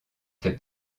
fait